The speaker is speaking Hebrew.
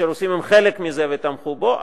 שהרוסים הם חלק ממנו ותמכו בו,